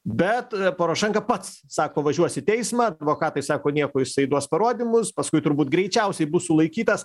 bet porošenka pats sako važiuos į teismą advokatai sako nieko jisai duos parodymus paskui turbūt greičiausiai bus sulaikytas